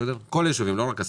כל הישובים, לא רק עשרה.